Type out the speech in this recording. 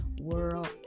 world